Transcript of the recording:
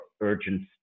urgent